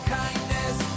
kindness